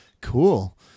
cool